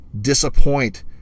disappoint